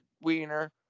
wiener